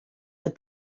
had